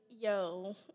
yo